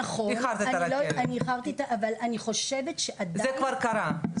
נכון, אבל אני חושבת שעדיין --- זה כבר קרה.